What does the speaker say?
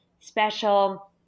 special